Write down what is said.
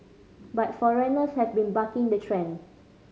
but foreigners have been bucking the trend